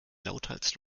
lauthals